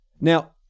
Now